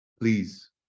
Please